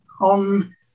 on